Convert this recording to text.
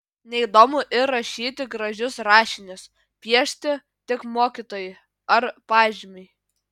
neįdomu ir rašyti gražius rašinius piešti tik mokytojui ar pažymiui